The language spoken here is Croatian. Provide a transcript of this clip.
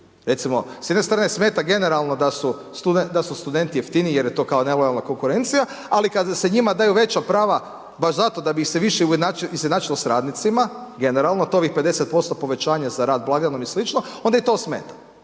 Recimo, s jedne strane smeta generalno da su studenti jeftiniji jer je to kao nelojalna konkurencija, ali kada se njima daju veća prava, baš zato da bi ih se više izjednačilo s radnicima, generalno, to ovih 50% povećanja za rad blagdanom i sl., onda ih to smeta.